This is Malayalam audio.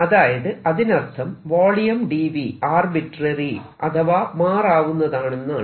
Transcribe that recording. അതായത് അതിനർത്ഥം വോളിയം dV ആർബിട്രേറി അഥവാ മാറാവുന്നതാണെന്നാണ്